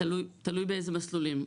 תלוי באיזה מסלולים.